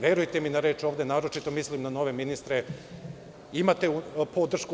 Verujte mi na reč, ovde naročito mislim na nove ministre, imate podršku.